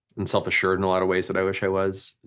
and self-assured in a lot of ways that i wish i was.